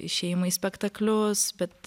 išėjimai į spektaklius bet